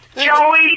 Joey